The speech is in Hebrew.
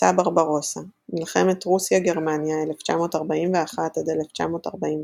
מבצע ברברוסה מלחמת רוסיה – גרמניה, 1941 – 1945,